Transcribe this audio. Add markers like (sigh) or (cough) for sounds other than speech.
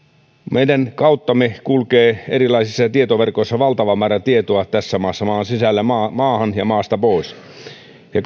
meidän kauttamme kulkee erilaisissa tietoverkoissa valtava määrä tietoa tässä maassa maan sisällä maahan ja maasta pois ja (unintelligible)